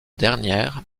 dernière